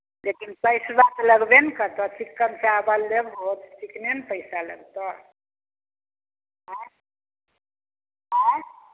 लेकिन पैसबा तऽ लगबे ने करतऽ चिक्कन चाबल लेबहो तऽ चिक्कने ने पैसा लगतऽ आंय ऑंय